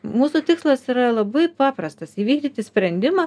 mūsų tikslas yra labai paprastas įvykdyti sprendimą